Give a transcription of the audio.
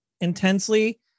intensely